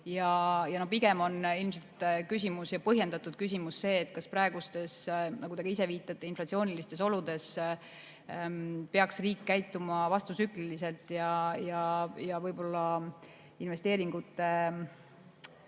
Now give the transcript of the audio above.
Pigem on ilmselt põhjendatud küsimus see, kas praegustes, nagu te ka ise viitasite, inflatsioonilistes oludes peaks riik käituma vastutsükliliselt ja võib-olla investeeringute